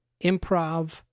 improv